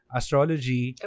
astrology